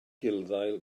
gulddail